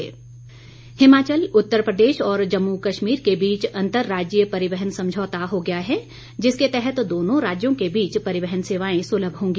गोबिंद ठाकुर हिमाचल उत्तर प्रदेश और जम्मू कश्मीर के बीच अंतर राज्यीय परिवहन समझौता हो गया है जिसके तहत दोनो राज्यों के बीच परिवहन सेवाएं सुलभ होंगी